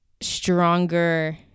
stronger